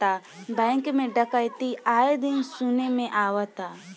bank में डकैती आये दिन सुने में आवता